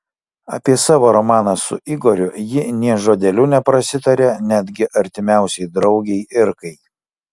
apie savo romaną su igoriu ji nė žodeliu neprasitarė netgi artimiausiai draugei irkai